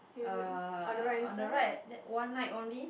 uh on the right that one night only